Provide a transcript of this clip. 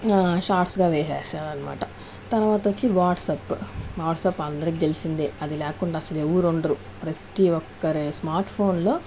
సాట్స్గా వేసేసారన్నమాట తర్వాత వచ్చి వాట్స్ అప్ వాట్స్అప్ అందరికీ తెలిసిందే అది లేకుండా అసలు ఎవరు ఉండరు ప్రతి ఒక్కరి స్మార్ట్ ఫోన్లో